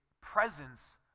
presence